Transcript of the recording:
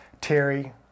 Terry